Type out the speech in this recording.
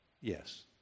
Yes